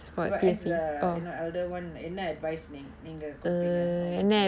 no as a elder [one] என்ன:enna advise நீ~ நீங்க குடுப்பீங்க அவங்களுக்கு:nee~ neenga kudupeenga avangalukku